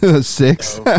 Six